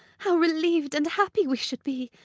how relieved and happy we should be.